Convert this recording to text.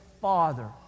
father